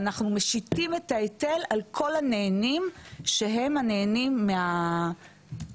ואנחנו משיתים את ההיטל על כל הנהנים שהם הנהנים מהרווחים.